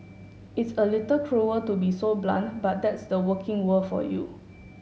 it's a little cruel to be so blunt but that's the working world for you